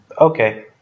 Okay